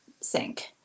sink